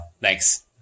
Thanks